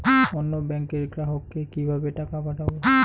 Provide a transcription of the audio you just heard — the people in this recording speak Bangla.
অন্য ব্যাংকের গ্রাহককে কিভাবে টাকা পাঠাবো?